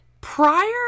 Prior